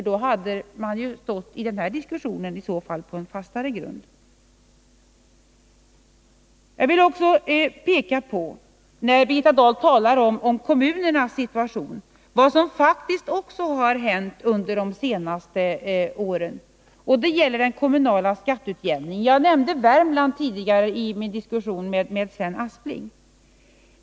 Då hade man stått på fastare grund i denna diskussion. När Birgitta Dahl talar om kommunernas situation vill jag också peka på vad som faktiskt hänt under de senaste åren när det gäller den kommunala skatteutjämningen. Jag nämnde tidigare Värmland i min diskussion med Sven Aspling.